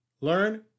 learn